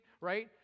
right